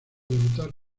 debutar